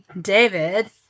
David